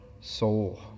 soul